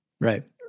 Right